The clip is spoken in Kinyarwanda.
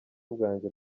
bwanjye